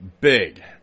big